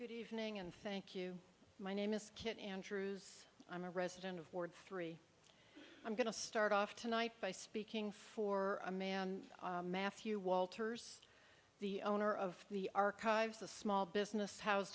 good evening and thank you my name is kit andrews i'm a resident of ward three i'm going to start off tonight by speaking for a man matthew walters the owner of the archives a small business ho